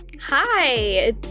Hi